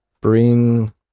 bring